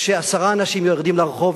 כשעשרה אנשים יורדים לרחוב,